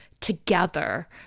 together